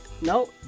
No